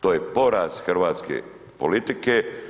To je porez hrvatske politike.